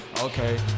Okay